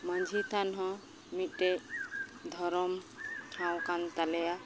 ᱢᱟᱺᱡᱷᱤ ᱛᱷᱟᱱᱦᱚᱸ ᱢᱤᱫᱴᱮᱡ ᱫᱷᱚᱨᱚᱢ ᱴᱷᱟᱶᱠᱟᱱ ᱛᱟᱞᱮᱭᱟ